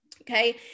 Okay